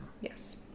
Yes